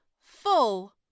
full